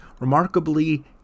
Remarkably